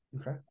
Okay